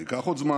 זה ייקח עוד זמן,